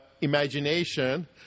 Imagination